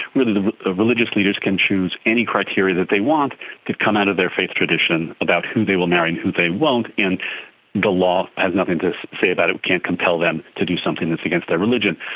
really the religious leaders can choose any criteria that they want to come out of their faith tradition about who they will marry and who they won't, and the law has nothing to say about it, can't compel them to do something that is against their religion.